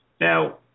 Now